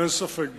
אין ספק בזה.